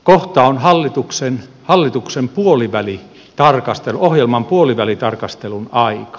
kohta on hallituksen ohjelman puolivälitarkastelun aika